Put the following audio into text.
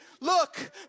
Look